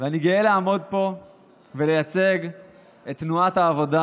אני גאה לעמוד פה ולייצג את תנועת העבודה,